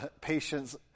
patient's